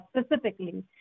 specifically